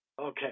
Okay